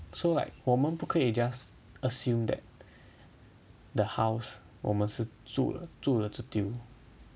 so like 我们不可以 just assume that the house 我们是了住了注定